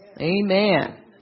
amen